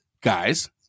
guys